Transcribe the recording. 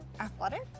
athletic